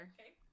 Okay